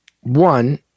One